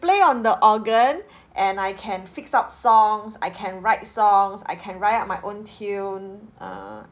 play on the organ and I can fix up songs I can write songs I can write up my own tune err